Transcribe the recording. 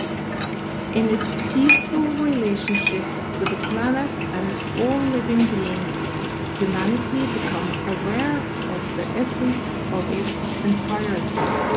in its peaceful relationship with the planet and all living beings humanity become aware of the essence of its entirety.